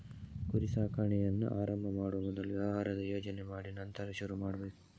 ಕುರಿ ಸಾಕಾಣೆಯನ್ನ ಆರಂಭ ಮಾಡುವ ಮೊದಲು ವ್ಯವಹಾರದ ಯೋಜನೆ ಮಾಡಿ ನಂತರ ಶುರು ಮಾಡ್ಬೇಕು